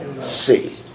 see